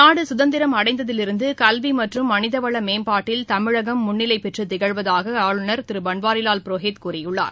நாடு சுதந்திரம் அடைந்ததிலிருந்து கல்வி மற்றும் மனிதவள மேம்பாட்டில் தமிழகம் முன்னிலைப் பெற்று திகழ்வதாக ஆளுநர் திரு பன்வாரிலால் புரோஹித் கூறியுள்ளார்